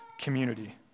community